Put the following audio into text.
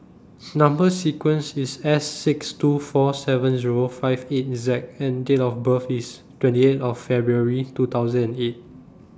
Number sequence IS S six two four seven Zero five eight Z and Date of birth IS twenty eight of February two thousand and eight